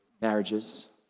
marriages